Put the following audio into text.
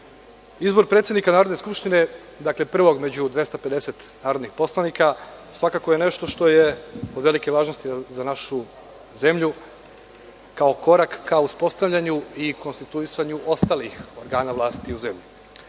predsednika Narodne skupštine, dakle, prvog među 250 narodnih poslanika, svakako je nešto što je od velike važnosti za našu zemlju, kao korak ka uspostavljanju i konstituisanju ostalih organa vlasti u zemlji.